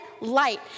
light